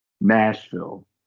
Nashville